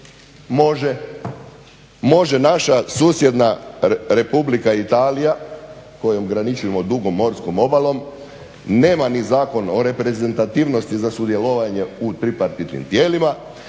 može naša susjedna republika Italija, kojom graničimo dugom morskom obalom nema ni Zakon o reprezentativnosti za sudjelovanje u tripartitnim tijelima